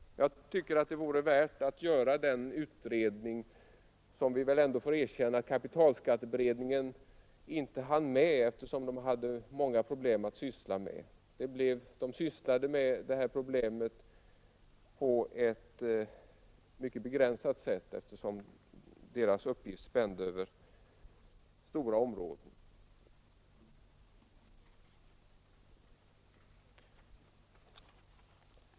Jag tycker att det vore värt att göra den utredning som vi ändå får erkänna att kapitalskatteberedningen inte hann med eftersom de hade många problem att syssla med. De sysslade med detta problem på ett mycket begränsat sätt eftersom deras uppgifter spände över stora områden.